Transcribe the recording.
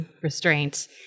restraint